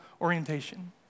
orientation